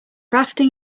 rafting